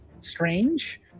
strange